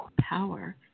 power